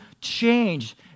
change